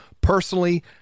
personally